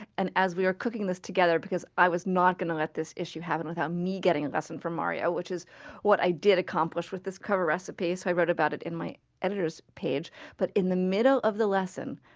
and as we are cooking this together because i was not going to let this issue happen without getting a lesson from mario, which is what i did accomplish with this cover recipe, so i wrote about it in my editor's page but in the middle of the lesson,